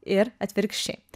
ir atvirkščiai